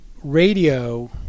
Radio